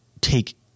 take